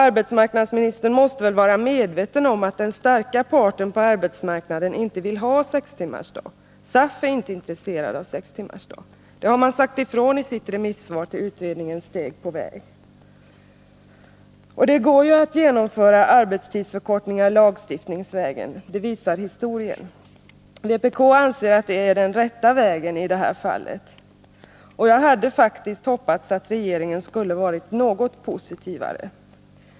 Arbetsmarknadsministern måste väl vara medveten om att den starka parten på arbetsmarknaden inte vill ha någon sextimmarsdag. SAF är inte intresserad av någon sextimmarsdag. Det har man sagt ifrån i sitt remissvar på utredningen Steg på väg. Det går att genomföra arbetstidsförkortningar lagstiftningsvägen — det visar historien. Vpk anser att det är den rätta vägen i det här fallet. Och jag hade faktiskt hoppats att regeringen skulle ha varit något positivare.